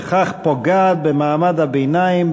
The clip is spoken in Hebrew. וכך פוגעת במעמד הביניים,